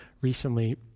recently